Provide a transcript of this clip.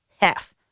half